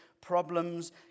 problems